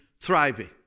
thriving